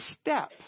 step